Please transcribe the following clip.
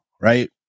Right